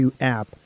app